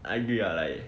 I agree ah like